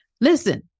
Listen